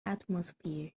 atmosphere